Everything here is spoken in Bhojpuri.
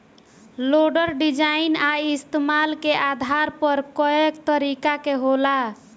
लोडर डिजाइन आ इस्तमाल के आधार पर कए तरीका के होला